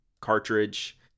cartridge